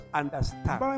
understand